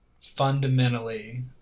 fundamentally